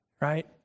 right